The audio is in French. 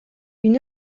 une